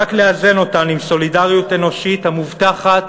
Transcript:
אלא רק לאזן אותם עם סולידריות אנושית המובטחת